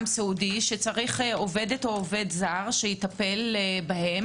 סיעודי שצריך עובדת או עובד זר שיטפל בו,